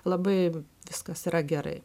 labai viskas yra gerai